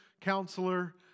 Counselor